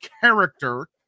character